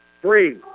Three